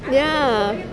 ya